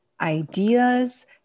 ideas